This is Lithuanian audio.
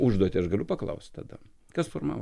užduotį aš galiu paklaust tada kas formavo